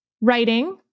writing